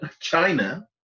China